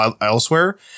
elsewhere